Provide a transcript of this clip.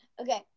Okay